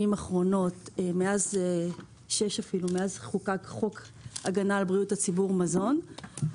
האחרונות מאז חוקק חוק הגנה על בריאות הציבור (מזון),